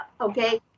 okay